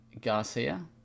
Garcia